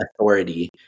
authority